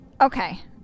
okay